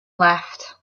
left